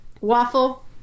Waffle